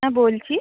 হ্যাঁ বলছি